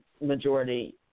majority